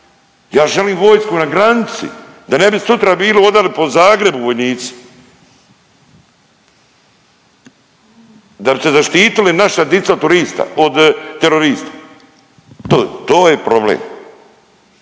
Ja želim vojsku na granici, da ne bi sutra bilo hodali po Zagrebu vojnici. Da bi se zaštitili naša dica od turista, od terorista. To je problem.